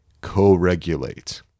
co-regulate